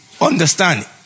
understand